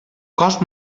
cos